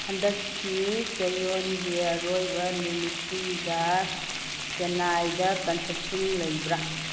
ꯍꯟꯗꯛꯀꯤ ꯆꯩꯌꯣꯜꯒꯤ ꯑꯔꯣꯏꯕ ꯅꯨꯃꯤꯠꯁꯤꯡꯗ ꯆꯦꯟꯅꯥꯏꯗ ꯀꯟꯁꯔꯠꯁꯤꯡ ꯂꯩꯕ꯭ꯔꯥ